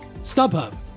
StubHub